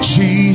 Jesus